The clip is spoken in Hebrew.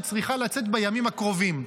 שצריכה לצאת בימים הקרובים.